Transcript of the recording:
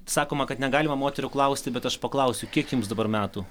sakoma kad negalima moterų klausti bet aš paklausiu kiek jums dabar metų